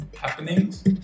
happenings